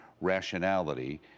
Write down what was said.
rationality